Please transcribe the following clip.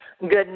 good